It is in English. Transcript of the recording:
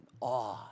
awe